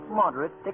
moderate